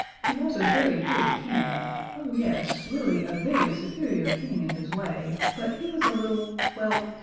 he was a very good king oh, yes, really a very superior king in his way, but he was a little well,